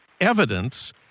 evidence